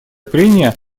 прения